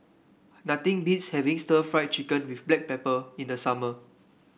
nothing beats having stir Fry Chicken with Black Pepper in the summer